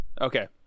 Okay